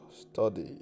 study